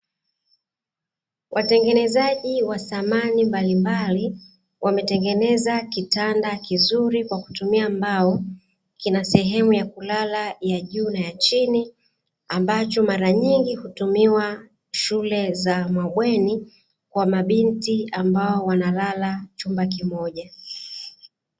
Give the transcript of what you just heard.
Watengenezaji wa samani mbalimbali wametengeneza kitanda kizuri kwa kutumia mbao, kina sehemu ya kulala ya juu na ya chini ambacho mara nyingi hutumiwa shule za mabweni kwa mabinti ambao wanalala chumba kimoja.